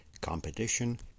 competition